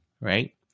right